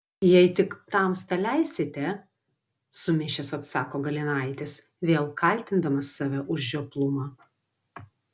jei tik tamsta leisite sumišęs atsako galinaitis vėl kaltindamas save už žioplumą